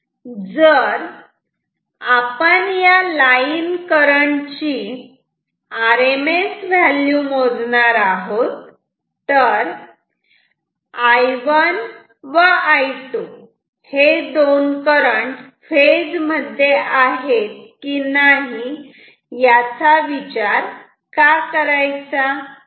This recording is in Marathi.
जर आपण या लाईन करंट ची आरएमएस व्हॅल्यू मोजणार आहोत तर I1 व I2 हे दोन करंट फेज मध्ये आहेत की नाही याचा विचार का करायचा